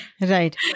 Right